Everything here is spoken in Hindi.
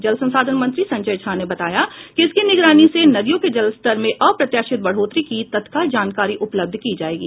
जल संसाधन मंत्री संजय झा ने बताया कि इसकी निगरानी से नदियों के जलस्तर में अप्रत्याशित बढ़ोतरी की तत्काल जानकारी उपलब्ध की जाएगी